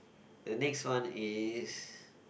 the next one is